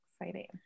Exciting